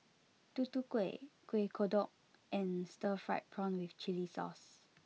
Tutu Kueh Kuih Kodok and Stir Fried Prawn with Chili Sauce